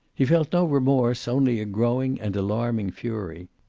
he felt no remorse, only a growing and alarming fury.